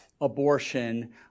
abortion